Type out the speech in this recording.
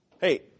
Hey